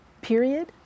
period